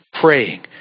praying